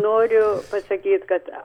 noriu pasakyt kad